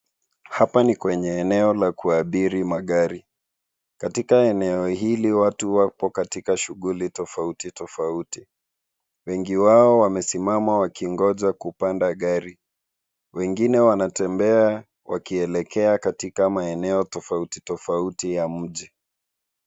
Hapa ni kwenye eneo la kuabiri magari. Katika eneo hili watu wapo katika shughuli tofauti tofauti. Wengi wao wamesimama wakingoja kupanda gari. Wengine wanatembea wakielekea katika maeneo tofauti tofauti ya mji.